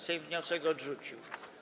Sejm wniosek odrzucił.